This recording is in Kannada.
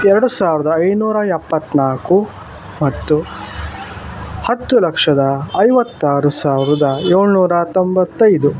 ಎರಡು ಸಾವಿರದ ಐನೂರ ಎಪ್ಪತ್ತ್ನಾಲ್ಕು ಮತ್ತು ಹತ್ತು ಲಕ್ಷದ ಐವತ್ತಾರು ಸಾವಿರದ ಏಳ್ನೂರ ತೊಂಬತ್ತೈದು